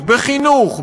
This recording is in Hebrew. בחינוך,